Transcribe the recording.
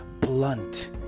Blunt